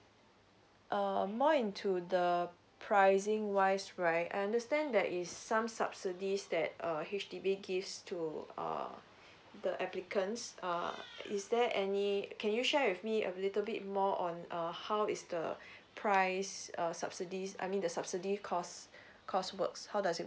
um more into the pricing wise right I understand there is some subsidies that err H_D_B gives to uh the applicants err is there any can you share with me a little bit more on err how is the price err subsidies I mean the subsidy cost cost works how does it